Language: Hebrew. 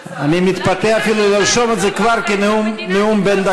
מילא שתומכי הטרור אומרים את זה, אבל אתם במרצ?